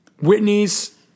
Whitney's